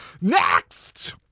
Next